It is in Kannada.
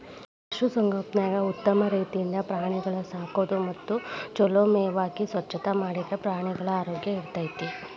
ಪಶು ಸಂಗೋಪನ್ಯಾಗ ಉತ್ತಮ ರೇತಿಯಿಂದ ಪ್ರಾಣಿಗಳ ಸಾಕೋದು ಮತ್ತ ಚೊಲೋ ಮೇವ್ ಹಾಕಿ ಸ್ವಚ್ಛತಾ ಮಾಡಿದ್ರ ಪ್ರಾಣಿಗಳ ಆರೋಗ್ಯ ಸರಿಇರ್ತೇತಿ